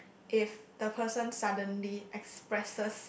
if the person suddenly expresses